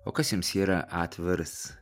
o kas jums yra atviras